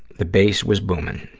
the bass was boomin'.